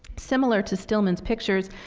similar to stillman's pictures,